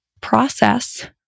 process